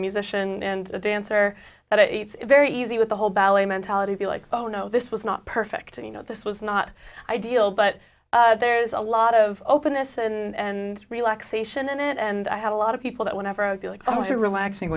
musician and a dancer but it's very easy with the whole ballet mentality like oh no this was not perfect and you know this was not ideal but there's a lot of openness and relaxation in it and i have a lot of people that whenever i feel like oh you're relaxing